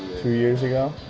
two years ago?